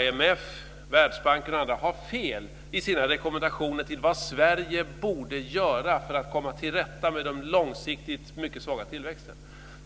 IMF, Världsbanken och andra har fel i sina rekommendationer om vad Sverige borde göra för att komma till rätta med den långsiktigt mycket svaga tillväxten?